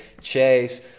Chase